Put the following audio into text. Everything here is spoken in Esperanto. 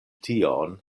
tion